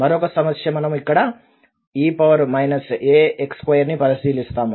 మరొక సమస్య మనము ఇక్కడ e ax2 ని పరిశీలిస్తాము